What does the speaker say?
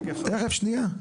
תכף, שנייה.